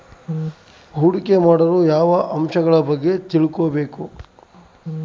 ಹೂಡಿಕೆ ಮಾಡಲು ಯಾವ ಅಂಶಗಳ ಬಗ್ಗೆ ತಿಳ್ಕೊಬೇಕು?